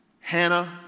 Hannah